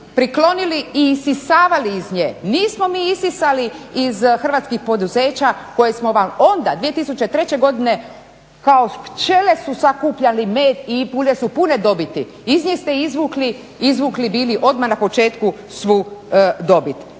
priklonili i isisavali iz nje. Nismo mi isisali iz hrvatskih poduzeća koje smo vam onda 2003. godine kao pčele su sakupljali med i bile su pune dobiti. Iz nje ste izvukli bili odmah na početku svu dobit.